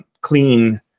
clean